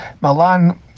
Milan